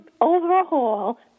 overhaul